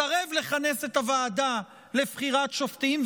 מסרב לכנס את הוועדה לבחירת שופטים,